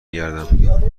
گردم